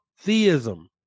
theism